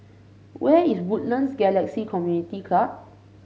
where is Woodlands Galaxy Community Club